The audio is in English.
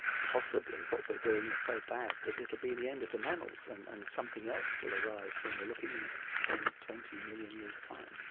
possibly what we're doing is so bad that it will be the end of the mammals and and something else will arise when we're looking in ten, twenty million years time.